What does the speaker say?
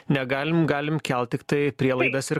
negalim galim kelt tiktai prielaidas ir